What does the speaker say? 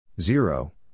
Zero